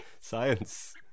science